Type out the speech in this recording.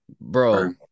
bro